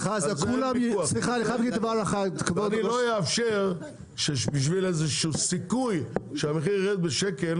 אני לא אאפשר שבשביל איזה שהוא סיכוי שהמחיר יירד בשקל